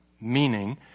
meaning